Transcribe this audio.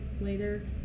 later